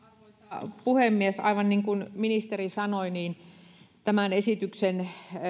arvoisa puhemies aivan niin kuin ministeri sanoi tämän esityksen